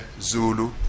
Zulu